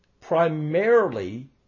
primarily